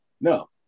No